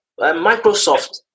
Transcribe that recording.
Microsoft